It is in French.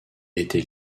était